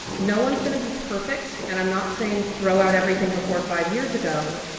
no one is going to be perfect and i'm not saying throw out everything before five years ago